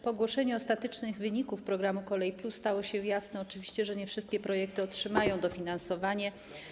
Po ogłoszeniu ostatecznych wyników programu ˝Kolej+˝ stało się oczywiście jasne, że nie wszystkie projekty otrzymają dofinansowanie.